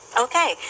Okay